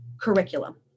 curriculum